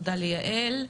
תודה ליעל,